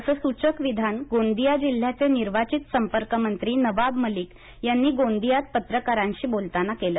असे सुचक विधान गोंदिया जिल्ह्याचे निर्वाचित संपर्कमंत्री नवाब मलिक यांनी गोंदियात पत्रकारांशी बोलताना केल